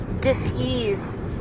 dis-ease